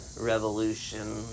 revolution